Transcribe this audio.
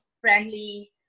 friendly